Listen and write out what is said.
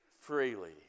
Freely